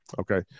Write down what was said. Okay